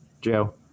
Joe